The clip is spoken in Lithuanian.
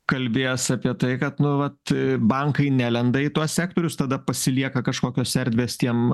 kalbėjęs apie tai kad nu vat bankai nelenda į tuos sektorius tada pasilieka kažkokios erdvės tiem